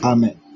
Amen